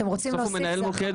אם אתם רוצים להוסיף זה אחר כך.